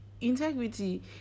integrity